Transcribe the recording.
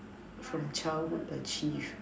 from childhood achieved